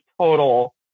total